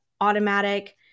automatic